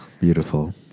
Beautiful